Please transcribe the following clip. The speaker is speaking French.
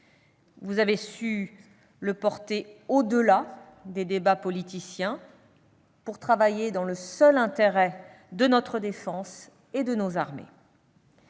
Vous avez su le porter au-delà des débats politiciens, pour travailler dans le seul intérêt de notre défense et de nos armées.